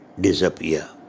disappear